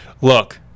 look